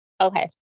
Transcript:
Okay